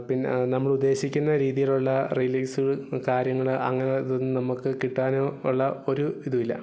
പിന്നെ നമ്മളുദ്ദേശിക്കുന്ന രീതിയിലുള്ള റിലീസ് കാര്യങ്ങൾ അങ്ങനെ ഇതൊന്നും നമ്മൾക്ക് കിട്ടാനുള്ള ഒരു ഇതും ഇല്ല